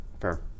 fair